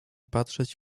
patrzeć